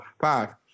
Five